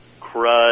crud